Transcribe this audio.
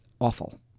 awful